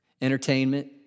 Entertainment